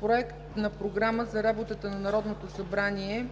Проект на програма за работата на Народното събрание